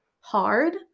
hard